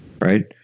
right